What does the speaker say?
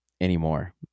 anymore